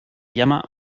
llama